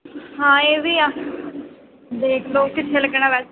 ਹਾਂ ਇਹ ਵੀ ਆ ਦੇਖ ਲਓ ਕਿੱਥੇ ਲੱਗਣਾ ਵੈਸੇ